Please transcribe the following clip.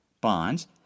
bonds